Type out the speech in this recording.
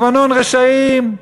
לבנון רשעים,